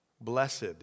Blessed